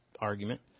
argument